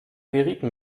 gerieten